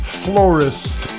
florist